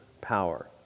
power